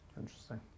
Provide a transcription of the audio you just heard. Interesting